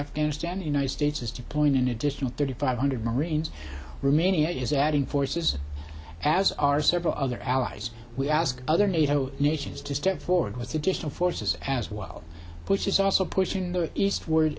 afghanistan the united states is to point an additional thirty five hundred marines remaining it is adding forces as are several other allies we ask other nato nations to step forward with additional forces as well which is also pushing the eastward